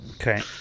Okay